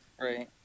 Right